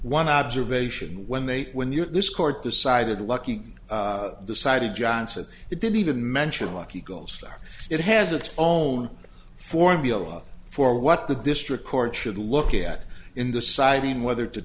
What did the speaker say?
one observation when they when you this court decided lucking decided johnson it didn't even mention lucky goldstar it has its own formula for what the district court should look at in deciding whether to